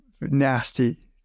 nasty